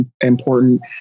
important